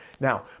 Now